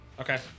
Okay